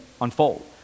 unfold